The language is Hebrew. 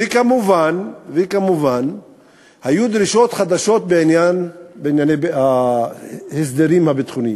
וכמובן היו דרישות חדשות בעניין ההסדרים הביטחוניים.